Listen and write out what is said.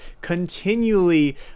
continually